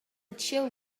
chill